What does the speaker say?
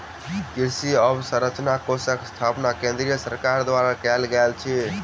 कृषि अवसंरचना कोषक स्थापना केंद्रीय सरकार द्वारा कयल गेल अछि